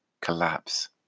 collapse